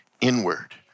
inward